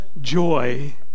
joy